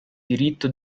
diritto